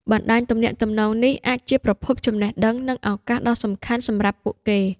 បណ្តាញទំនាក់ទំនងនេះអាចជាប្រភពចំណេះដឹង និងឱកាសដ៏សំខាន់សម្រាប់ពួកគេ។